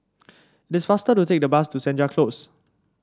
it is faster to take the bus to Senja Close